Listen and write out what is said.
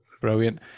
brilliant